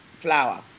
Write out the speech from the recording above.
flour